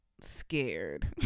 scared